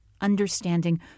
understanding